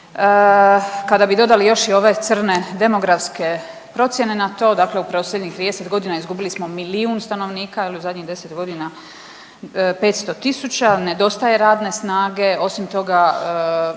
Kada bi dodali još i ove crne demografske procjene na to, dakle u posljednjih 30 godina izgubili smo milijun stanovnika je li u zadnjih 10 godina 500 tisuća, nedostaje radne snage, osim toga,